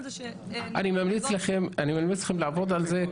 זה ש --- אני ממליץ לכם לעבוד על זה,